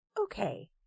Okay